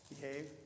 behave